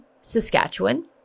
Saskatchewan